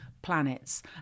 planets